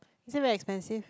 is it very expensive